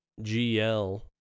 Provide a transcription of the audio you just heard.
GL